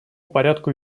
порядку